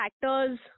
factors